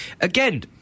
Again